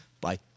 Bye